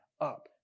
up